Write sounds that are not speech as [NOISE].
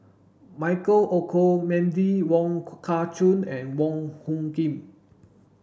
Michael Olcomendy Wong [UNINTELLIGIBLE] Kah Chun and Wong Hung Khim